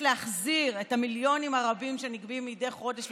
להחזיר את המיליונים הרבים שנגבים מדי חודש.